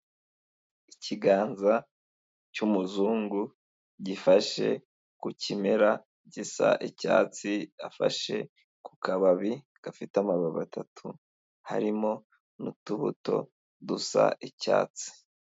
Ikiganza cy'umuzungu gifashe ku kimera gisa icyatsi afashe ku kababi gafite amababi atatu harimo n'utubuto dusa icyatsi.